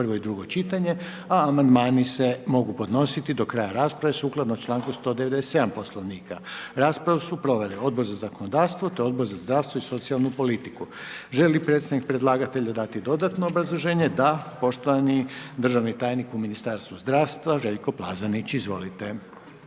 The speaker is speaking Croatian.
prvo i drugo čitanje a amandmani se mogu podnositi do kraja rasprave sukladno članku 197. Poslovnika. Raspravu su proveli Odbor za zakonodavstvo te Odbor za zdravstvo i socijalnu politiku. Želi li predsjednik predlagatelja dati dodatno obrazloženje? Da, poštovani državni tajnik u Ministarstvu zdravstva Željko Plazonić. Izvolite.